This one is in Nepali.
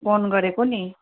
फोन गरेको नि